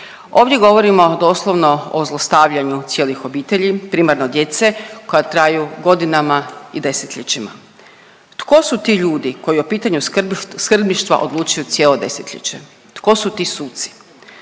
Ovdje govorimo doslovno o zlostavljanju cijelih obitelji, primarno djece koja traju godinama i desetljećima. Tko su ti ljudi koji o pitanju skrbništva odlučuju cijelo desetljeće, tko su ti suci?